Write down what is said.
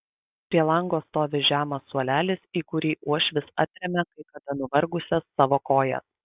prie lango stovi žemas suolelis į kurį uošvis atremia kai kada nuvargusias savo kojas